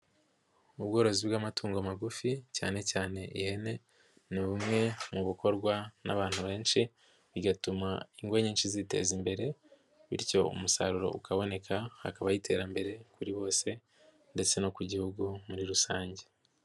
Ubworozi bw'amatungo magufi cyane cyane ihene ni bumwe mu bukorwa n'abantu benshi bigatuma ingo nyinshi ziteza imbere bityo umusaruro ukaboneka hakabaho iterambere kuri bose ndetse no ku Gihugu muri rusange.